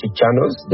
channels